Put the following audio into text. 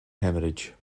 hemorrhage